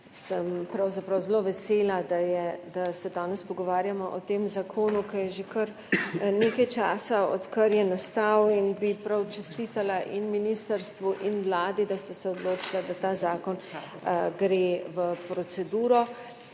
sem pravzaprav zelo vesela, da se danes pogovarjamo o tem zakonu, je že kar nekaj časa, odkar je nastal, in bi prav čestitala ministrstvu in vladi, da sta se odločila, da ta zakon gre v proceduro.